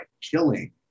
killing